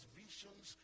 visions